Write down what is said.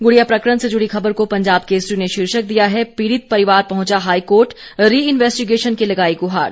गुड़िया प्रकरण से जुड़ी खबर को पंजाब केसरी ने शीर्षक दिया है पीड़ित परिवार पहुंचा हाईकोर्ट रि इन्वेस्टीगैशन की लगाई गुहार